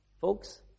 folks